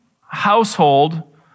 household